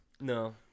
No